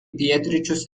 pietryčius